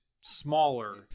smaller